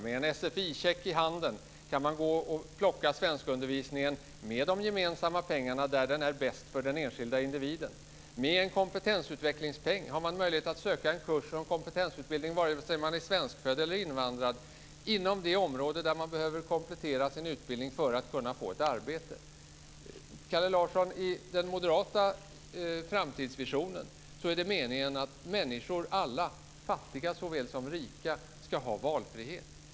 Med en sficheck i handen kan man gå och plocka svenskundervisningen med de gemensamma pengarna där den är bäst för den enskilda individen. Med en kompetensutvecklingspeng har man möjlighet att söka en kurs som kompetensutbildning vare sig man är svenskfödd eller invandrad inom det område där man behöver komplettera sin utbildning för att kunna få ett arbete. Kalle Larsson, i den moderata framtidsvisionen är det meningen att alla människor, fattiga såväl som rika, ska ha valfrihet.